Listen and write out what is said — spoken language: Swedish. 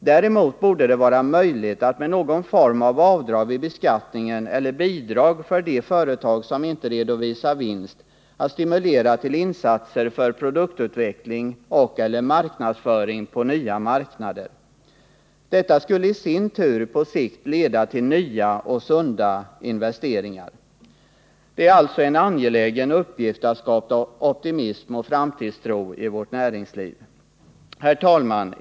Däremot borde det vara möjligt att med någon form av avdrag vid beskattningen eller bidrag, för de företag som inte redovisar vinst, stimulera till insatser för produktutveckling och/eller marknadsföring på nya marknader. Detta skulle i sin tur på sikt leda till nya och sunda investeringar. Det är alltså en angelägen uppgift att skapa optimism och framtidstro i vårt näringsliv. Herr talman!